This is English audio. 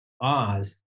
Oz